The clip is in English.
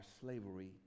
slavery